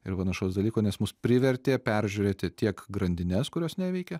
ir panašaus dalyko nes mus privertė peržiūrėti tiek grandines kurios neveikia